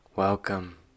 Welcome